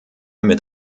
mit